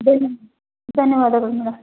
ಧನ್ಯ ಧನ್ಯವಾದಗಳು ಮೇಡಮ್